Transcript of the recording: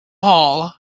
hall